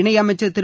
இணையமைச்சள் திரு